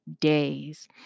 days